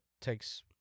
takes